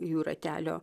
jų ratelio